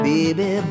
Baby